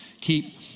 keep